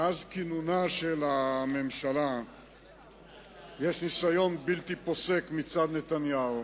מאז כינונה של הממשלה יש ניסיון בלתי פוסק מצד נתניהו